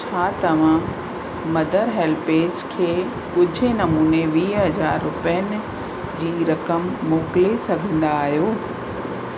छा तव्हां Mother HelpAge खे ॻुझे नमूने वीह हज़ार रुपयनि जी रक़म मोकिले सघंदा आहियो